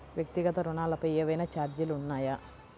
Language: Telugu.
వ్యక్తిగత ఋణాలపై ఏవైనా ఛార్జీలు ఉన్నాయా?